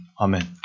Amen